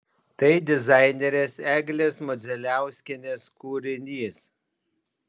tai dizainerės eglės modzeliauskienės kūrinys